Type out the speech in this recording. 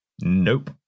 Nope